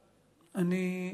אותו?